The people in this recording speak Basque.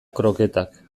kroketak